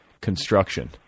construction